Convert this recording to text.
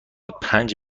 پنج